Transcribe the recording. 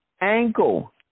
ankle